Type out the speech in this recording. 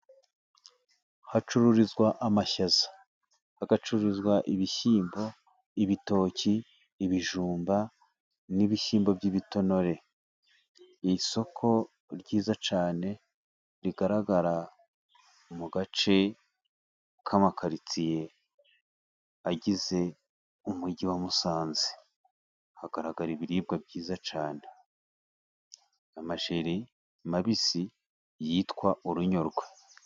Hacururizwa amashaza, hagacuruzwa ibishyimbo, ibitoki, ibijumba n'ibishyimbo by'ibitonore. Isoko ryiza cyane rigaragara mu gace k'amakaritsiye agize Umujyi wa Musanze. Hagaragara ibiribwa byiza cyane, amajeri mabisi yitwa urunyogwe.